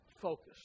Focus